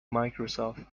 microsoft